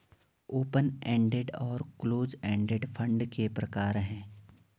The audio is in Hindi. ओपन एंडेड और क्लोज एंडेड फंड के प्रकार हैं